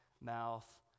mouth